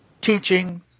teaching